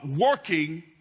working